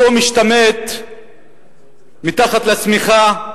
אותו משתמט מתחת לשמיכה,